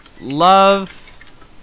love